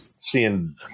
seeing